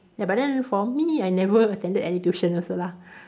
ya but then for me I never attended any tuition also lah